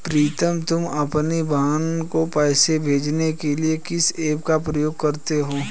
प्रीतम तुम अपनी बहन को पैसे भेजने के लिए किस ऐप का प्रयोग करते हो?